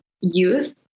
youth